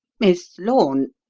miss lorne,